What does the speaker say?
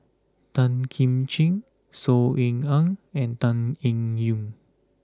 Tan Kim Ching Saw Ean Ang and Tan Eng Yoon